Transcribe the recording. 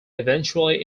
eventually